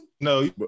No